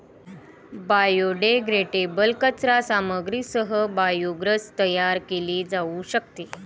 biodegradable कचरा सामग्रीसह biogas तयार केले जाऊ शकते